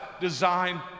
design